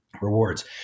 rewards